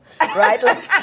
right